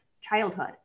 childhood